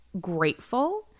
grateful